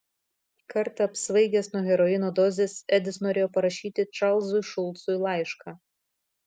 kartą apsvaigęs nuo heroino dozės edis norėjo parašyti čarlzui šulcui laišką